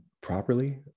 properly